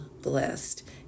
blessed